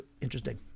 interesting